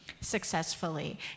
successfully